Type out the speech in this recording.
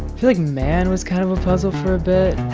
feel like man was kind of a puzzle for a bit